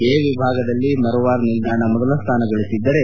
A ವಿಭಾಗದಲ್ಲಿ ಮರ್ವಾರ್ ನಿಲ್ದಾನ ಮೊದಲ ಸ್ಥಾನ ಗಳಿಸಿದ್ದರೆ